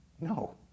No